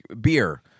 beer